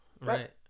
Right